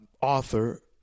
author